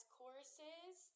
courses